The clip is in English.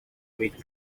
with